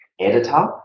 editor